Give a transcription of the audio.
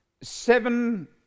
Seven